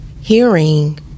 hearing